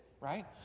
right